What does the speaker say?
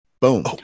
Boom